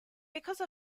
because